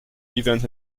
events